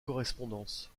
correspondance